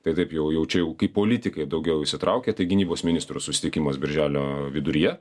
tai taip jau jau čia jau kaip politikai daugiau įsitraukia tai gynybos ministrų susitikimas birželio viduryje